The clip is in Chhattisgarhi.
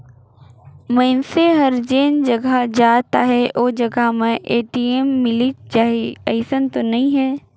मइनसे हर जेन जघा जात अहे ओ जघा में ए.टी.एम मिलिच जाही अइसन तो नइ हे